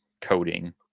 coding